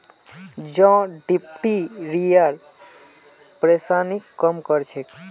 जौ डिप्थिरियार परेशानीक कम कर छेक